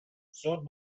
زود